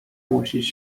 musisz